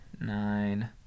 Nine